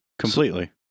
completely